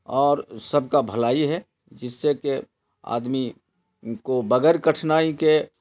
اور سب کا بھلائی ہے جس سے کہ آدمی کو بغیر کٹھنائی کے